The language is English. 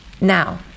now